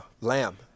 lamb